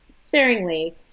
sparingly